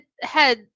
head